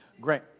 Great